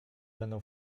będą